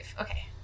Okay